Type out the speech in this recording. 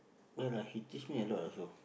ya lah he teach me a lot also